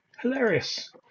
hilarious